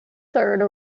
third